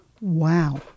Wow